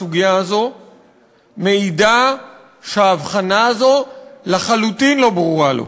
בסוגיה זומעידה שההבחנה הזאת לחלוטין לא ברורה לו.